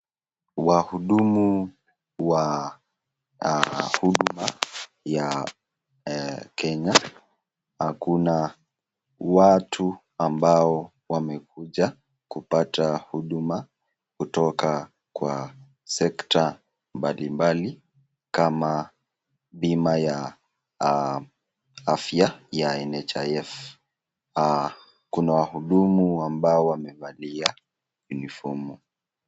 Waudumu wa huduma ya kenya akona watu ambao wamekuja kupata uduma kutoka kwa sekta mbalimbali kama pima ya afya ya NHIF kuna wahudumu ambao wamevalia unifomu.